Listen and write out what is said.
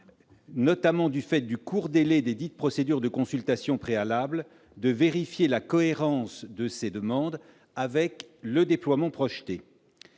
notamment du fait du court délai desdites procédures de consultation préalable, de vérifier la cohérence de ces demandes avec le déploiement projeté.